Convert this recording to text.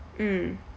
mm